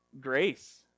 grace